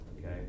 Okay